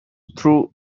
through